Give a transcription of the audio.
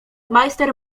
majster